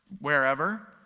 wherever